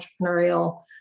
entrepreneurial